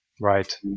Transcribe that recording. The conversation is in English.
right